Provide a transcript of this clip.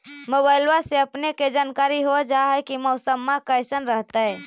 मोबाईलबा से अपने के जानकारी हो जा है की मौसमा कैसन रहतय?